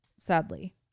Sadly